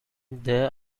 there